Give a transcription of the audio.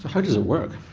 how does it work?